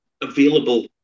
available